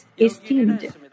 esteemed